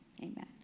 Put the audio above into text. Amen